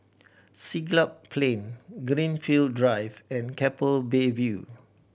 Siglap Plain Greenfield Drive and Keppel Bay View